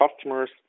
customers